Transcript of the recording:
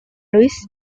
luis